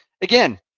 again